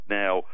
now